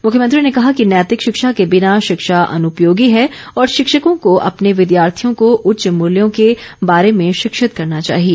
मुख्यमंत्री ने कहा कि नैतिक शिक्षा के बिना शिक्षा अन्पयोगी है और शिक्षकों को अपने विद्यार्थियों को उच्च मूल्यों के बारे में शिक्षित करना चाहिए